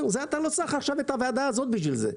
אתה לא צריך עכשיו את הוועדה בשביל זה.